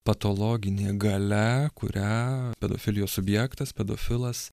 patologinė galia kurią pedofilijos subjektas pedofilas